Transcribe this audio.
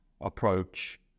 approach